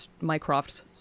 Mycroft's